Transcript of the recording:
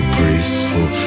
graceful